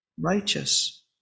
righteous